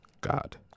God